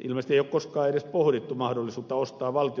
ilmeisesti ei ole koskaan edes pohdittu mahdollisuutta ostaa valtioiden velkapapereita salkkuun